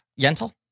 Yentl